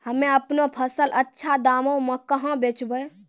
हम्मे आपनौ फसल अच्छा दामों मे कहाँ बेचबै?